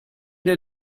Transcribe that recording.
der